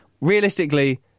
Realistically